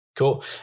Cool